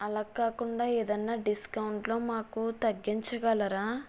అలా కాకుండా ఏదైనా డిస్కౌంట్లో మాకు తగ్గించగలరా